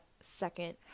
second